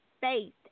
Faith